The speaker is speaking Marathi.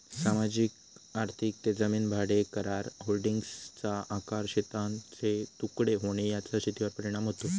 सामाजिक आर्थिक ते जमीन भाडेकरार, होल्डिंग्सचा आकार, शेतांचे तुकडे होणे याचा शेतीवर परिणाम होतो